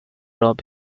rob